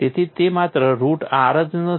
તેથી તે માત્ર રુટ r જ નથી